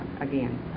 again